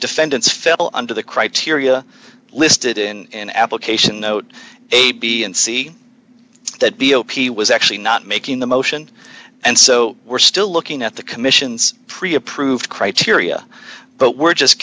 defendants fell under the criteria listed in application note a b and c that b o p was actually not making the motion and so we're still looking at the commission's preapproved criteria but we're just